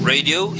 Radio